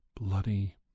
bloody